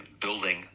building